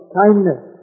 kindness